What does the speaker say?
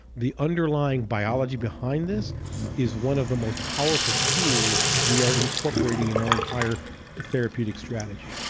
the underlying biology behind this is one of the most powerful tools we are incorporating in our entire therapeutic strategy.